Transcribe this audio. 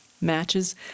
matches